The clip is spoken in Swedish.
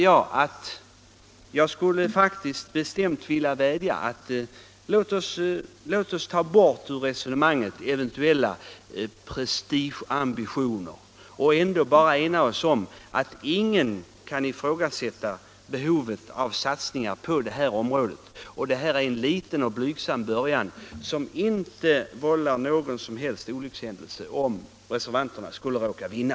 Jag skulle faktiskt bestämt vilja vädja: Låt oss ta bort eventuella prestigeambitioner ur sammanhanget och enas om att ingen kan ifrågasätta behovet av satsningar på det här området! Detta är en liten och blygsam början, och det vållar inte någon som helst olyckshändelse om reservanterna skulle råka vinna.